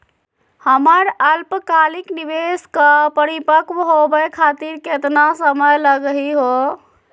हमर अल्पकालिक निवेस क परिपक्व होवे खातिर केतना समय लगही हो?